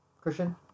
Christian